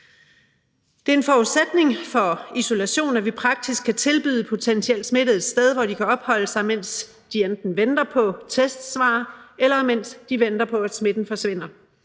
Det er en forudsætning for isolation, at vi praktisk kan tilbyde potentielt smittede et sted, hvor de kan opholde sig, mens de enten venter på testsvar eller venter på, at smitten forsvinder.